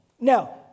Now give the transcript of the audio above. Now